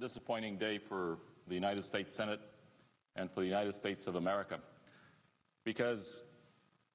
disappointing day for the united states senate and for the united states of america because